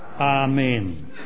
Amen